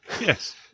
yes